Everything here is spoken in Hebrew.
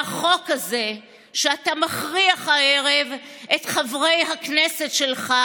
החוק הזה שאתה מכריח הערב את חברי הכנסת שלך